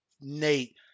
Nate